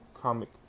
comic